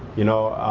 you know,